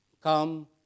come